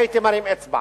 הייתי מרים אצבע,